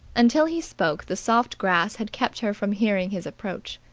until he spoke the soft grass had kept her from hearing his approach.